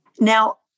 Now